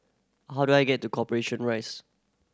how do I get to Corporation Rise